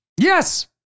Yes